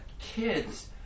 kids